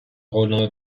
قولنامه